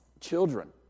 Children